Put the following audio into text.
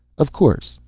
of course.